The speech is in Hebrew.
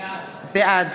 בעד